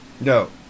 No